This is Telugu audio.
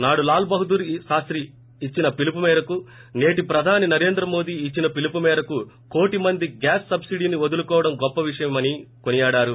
నాడు లాల్ బహదూర్ శాస్తి ఇచ్చిన పిలుపుమేరకు నేటి ప్రధాని నరేంద్ర మోదీఇచ్చిన పిలుపు మేరకు కోటి మంది గ్యాస్ సబ్బిడిసు ఒదులుకోవడం గొప్ప విషయమని కొనియాడారు